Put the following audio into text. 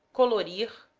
colorir